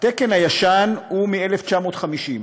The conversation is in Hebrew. התקן הישן הוא מ-1950,